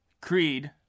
Creed